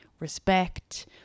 Respect